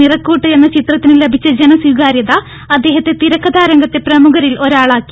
നിറക്കൂട്ട് എന്ന ചിത്രത്തിന് ലഭിച്ച ജനസ്വീകാര്യത അദ്ദേഹത്തെ തിരക്കഥാ രംഗത്തെ പ്രമുഖരിൽ ഒരാളാക്കി